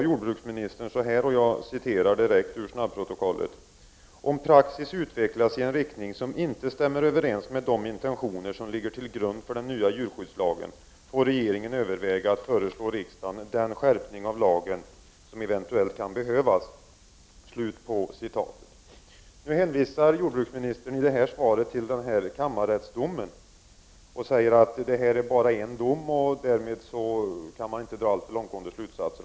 Jordbruksministern sade då: ”Om praxis utvecklas i en riktning som inte stämmer överens med de intentioner som ligger till grund för den nya djurskyddslagen får regeringen överväga att föreslå riksdagen den skärpning av lagen som eventuellt kan behövas.” Nu hänvisar jordbruksministern i det föreliggande svaret till kammarrättsdomen och hävdar att det bara är fråga om en dom och att man inte kan dra alltför långtgående slutsatser.